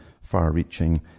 far-reaching